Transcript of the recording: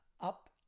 up